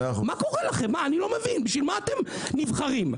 למה אתם נבחרים?